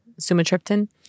sumatriptan